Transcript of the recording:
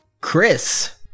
Chris